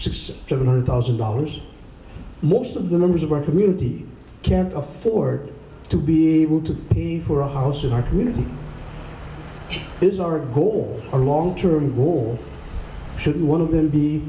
six seven hundred thousand dollars most of the members of our community can afford to be able to see for a house in our community is our goal a long term goal should one of them